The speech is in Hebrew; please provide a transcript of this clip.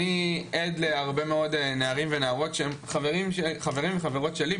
אני עד להרבה מאוד נערים ונערות שהם חברים וחברות שלי,